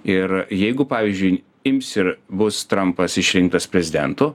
ir jeigu pavyzdžiui ims ir bus trampas išrinktas prezidentu